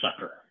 sucker